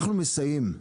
אנחנו מסייעים.